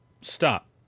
Stop